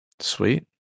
Sweet